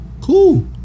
cool